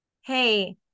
hey